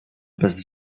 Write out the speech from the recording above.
bez